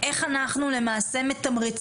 איך אנחנו מתמרצים,